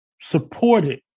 supported